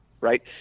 right